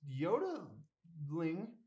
Yoda-ling